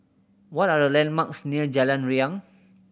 what are the landmarks near Jalan Riang